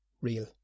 real